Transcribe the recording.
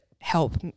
help